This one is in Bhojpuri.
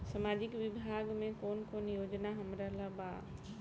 सामाजिक विभाग मे कौन कौन योजना हमरा ला बा?